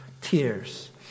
tears